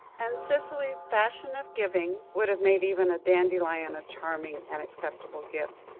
and cicely's fashion of giving would have made even a dandelion a charming and acceptable gift.